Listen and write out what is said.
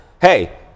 hey